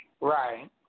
Right